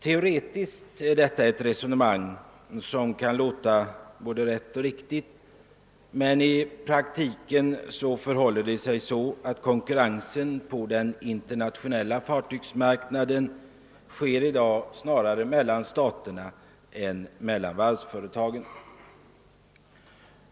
Teoretiskt är detta ett resonemang som kan låta rätt och riktigt, men i praktiken förhåller det sig så att konkurrensen på den internationella fartygsmarknaden i dag sker mellan stater snarare än mellan varvsföretag.